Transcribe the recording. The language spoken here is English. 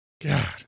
God